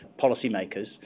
policymakers